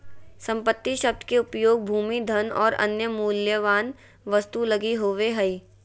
संपत्ति शब्द के उपयोग भूमि, धन और अन्य मूल्यवान वस्तु लगी होवे हइ